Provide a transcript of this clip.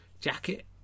jacket